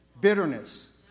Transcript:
bitterness